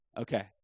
Okay